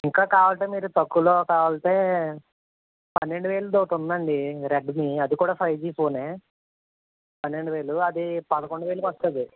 ఇంకా కావాల్సితే మీకు తక్కువలో కావల్సితే పన్నెండు వేలుది ఒకటి ఉందండి రెడ్మీ అది కూడా ఫైవ్ జీ ఫోనే పన్నెండు వేలు అది పదకొండు వేలుకి వస్తుంది